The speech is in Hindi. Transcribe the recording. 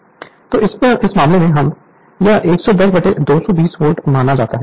Refer Slide Time 1301 तो इस मामले में यह 110 220 वोल्ट माना जाता है